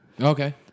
Okay